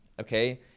okay